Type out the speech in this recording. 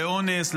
לאונס,